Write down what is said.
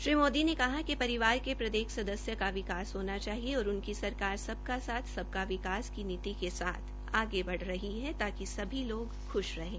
श्री मोदी ने कहा कि परिवार के प्रत्येक सदस्य का विकास होना चाहिए और उनकी सरकार सबका साथ सबका विकास की नीति के साथ आगे बढ़ रही है ताकि सभी लोग ख्श रहें